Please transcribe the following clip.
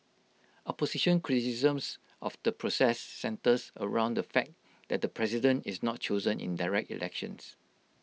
opposition criticisms of the process centres around the fact that the president is not chosen in direct elections